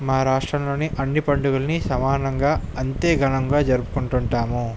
మా రాష్ట్రంలోని అన్నీ పండుగలని సమానంగా అంతే గణంగా జరుపుకుంటు ఉంటాము